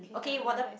okay 我的